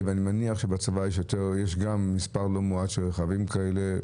אני מניח שבצבא יש מספר לא מועט של רכבים כאלה,